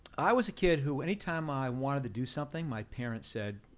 i was a kid who anytime i wanted to do something, my parents said,